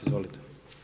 Izvolite.